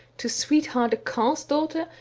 to sweetheart a carle's daughter,